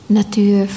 natuur